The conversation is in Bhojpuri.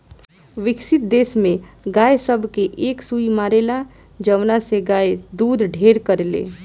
विकसित देश में गाय सब के एक सुई मारेला जवना से गाय दूध ढेर करले